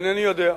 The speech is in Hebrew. אינני יודע.